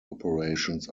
operations